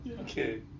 Okay